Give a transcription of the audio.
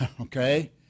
Okay